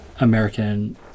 American